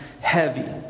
heavy